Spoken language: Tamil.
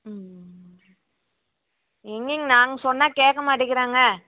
ம் எங்கேங்க நாங்கள் சொன்னால் கேட்க மாட்டேங்கிறாங்க